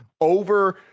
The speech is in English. over